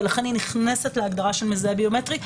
ולכן היא נכנסת להגדרה של מזהה ביומטרי,